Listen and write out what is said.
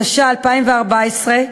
התשע"ד 2014,